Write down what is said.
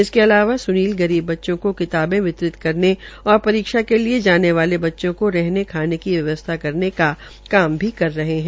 इसके अलावा सुनील गरीब बच्चों के किताबे वितरित करने और परीक्षा के लिये जाने वाले बच्चों के रहने खाने की व्यवस्था करने का काम भी कर रहे है